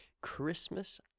Christmas